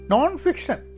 Non-fiction